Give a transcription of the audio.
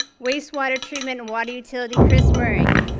waste water treatment and water utility, chris murray.